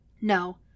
No